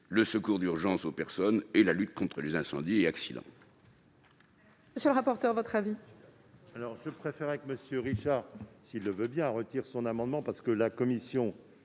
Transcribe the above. le secours d'urgence aux personnes ; la lutte contre les incendies et les accidents.